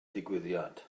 digwyddiad